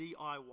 DIY